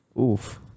Oof